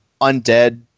undead